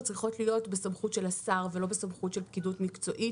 וצריכות להיות בסמכות של השר ולא בסמכות של פקידות מקצועית.